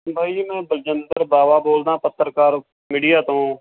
ਬਾਈ ਜੀ ਮੈਂ ਬਲਜਿੰਦਰ ਬਾਵਾ ਬੋਲਦਾ ਪੱਤਰਕਾਰ ਮੀਡੀਆ ਤੋਂ